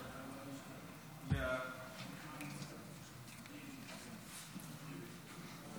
חוק עבודת הנוער (תיקון מס' 22),